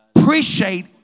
Appreciate